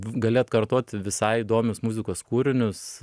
gali atkartoti visai įdomius muzikos kūrinius